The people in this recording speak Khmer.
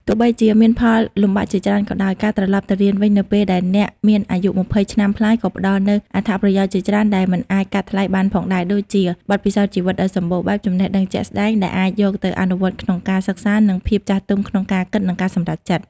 ទោះបីជាមានផលលំបាកជាច្រើនក៏ដោយ ការត្រឡប់ទៅរៀនវិញនៅពេលដែលអ្នកមានអាយុ ២០ ឆ្នាំប្លាយក៏ផ្តល់នូវ អត្ថប្រយោជន៍ជាច្រើន ដែលមិនអាចកាត់ថ្លៃបានផងដែរ ដូចជា បទពិសោធន៍ជីវិតដ៏សម្បូរបែប ចំណេះដឹងជាក់ស្តែង ដែលអាចយកមកអនុវត្តក្នុងការសិក្សា និង ភាពចាស់ទុំក្នុងការគិត និងការសម្រេចចិត្ត។